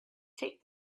take